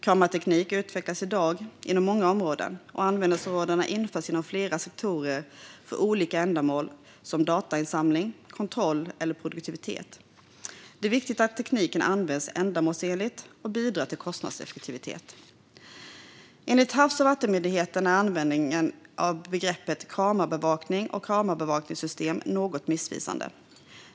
Kamerateknik utvecklas i dag inom många områden och införs inom flera sektorer för olika ändamål som datainsamling, kontroll eller produktivitet. Det är viktigt att tekniken används ändamålsenligt och bidrar till kostnadseffektivitet. Enligt Havs och vattenmyndigheten är användning av begreppen kamerabevakning och kamerabevakningssystem något missvisande.